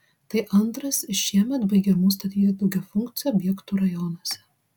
tai antras iš šiemet baigiamų statyti daugiafunkcių objektų rajonuose